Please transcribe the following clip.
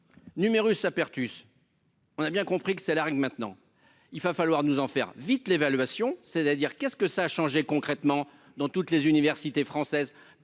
numerus apertus. On a bien compris que c'est la règle, maintenant il va falloir nous en faire vite l'évaluation c'est-à-dire qu'est-ce que ça a changé concrètement dans toutes les universités françaises